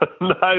No